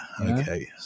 okay